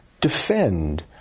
defend